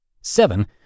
Seven